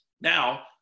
Now